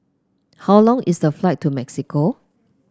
how long is the flight to Mexico